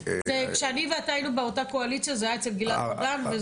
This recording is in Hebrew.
כשאני ואתה היינו באותה קואליציה זה היה אצל גלעד ארדן.